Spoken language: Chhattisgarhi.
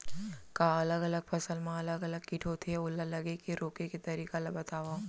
का अलग अलग फसल मा अलग अलग किट होथे, ओला लगे ले रोके के तरीका ला बतावव?